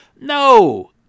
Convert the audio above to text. No